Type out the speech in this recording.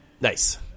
Nice